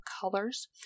colors